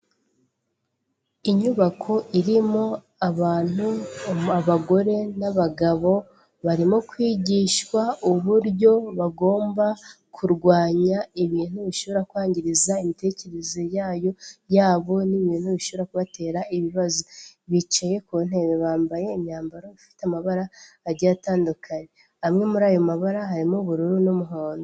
Inyubako irimo abantu abagore n'abagabo, barimo kwigishwa uburyo bagomba kurwanya ibintu bishobora kwangiza imitekerereze yabo n'ibintu bishobora kubatera ibibazo, bicaye ku ntebe, bambaye imyambaro ifite amabara agiye atandukanye, amwe muri ayo mabara harimo ubururu n'umuhondo